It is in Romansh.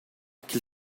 ch’il